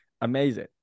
amazing